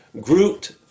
grouped